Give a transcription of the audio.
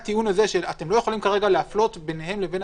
זה לא קשור לבג"ץ.